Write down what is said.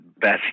best